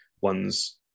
ones